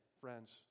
friends